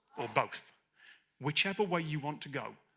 or both whichever way you want to go,